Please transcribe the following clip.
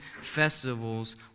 festivals